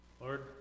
Lord